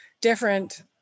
different